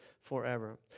forever